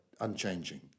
unchanging